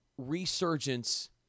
resurgence